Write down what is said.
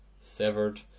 Severed